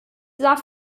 sah